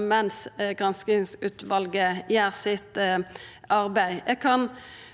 mens granskingsutvalet gjer sitt arbeid. Eg kan